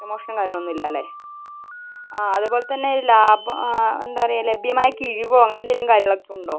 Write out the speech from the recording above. പ്രമോഷനും കാര്യങ്ങളൊന്നും ഇല്ല അല്ലേ ആ അതേപോലെ തന്നെ ആ എന്താണ് പറയുക ലഭ്യമായ കിഴിവോ അങ്ങനെ എന്തെങ്കിലും കാര്യങ്ങൾ അതുണ്ടോ